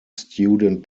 student